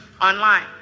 online